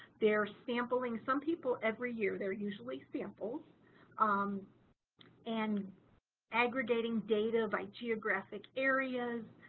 they're sampling some people every year they're usually sampled um and aggregating data by geographic areas,